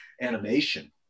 animation